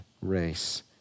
race